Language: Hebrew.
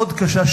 מאוד קשה,